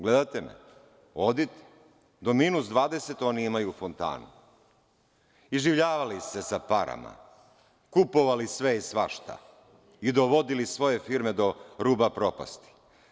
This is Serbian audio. Gledate me, do minus 20 oni imaju fontanu, iživljavali se sa parama, kupovali sve i svašta, i dovodili svoje firme do ruba propasti.